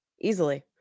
easily